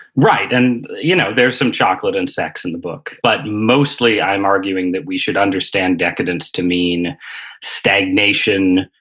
right, and you know there's some chocolate and sex in the book but mostly i'm arguing that we should understand decadence to mean stagnation,